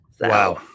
Wow